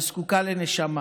וזקוקה לנשמה,